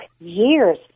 years